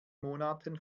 monaten